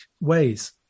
ways